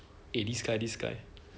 eh this guy this guy